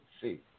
see